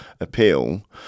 appeal